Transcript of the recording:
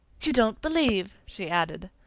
you don't believe! she added.